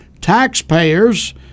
taxpayers